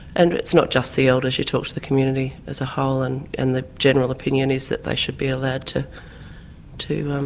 and it's not just the elders. you talk to the community as a whole and and the general opinion is that they should be allowed to to